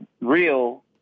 real